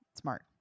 smart